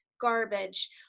garbage